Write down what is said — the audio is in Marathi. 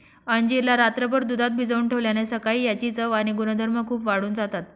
अंजीर ला रात्रभर दुधात भिजवून ठेवल्याने सकाळी याची चव आणि गुणधर्म खूप वाढून जातात